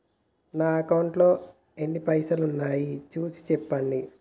నా అకౌంట్లో ఎన్ని పైసలు ఉన్నాయి చూసి చెప్పండి?